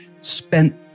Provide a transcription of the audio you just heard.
spent